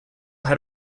had